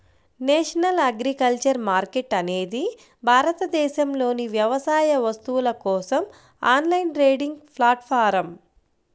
national agriculture market అనేది భారతదేశంలోని వ్యవసాయ వస్తువుల కోసం ఆన్లైన్ ట్రేడింగ్ ప్లాట్ఫారమ్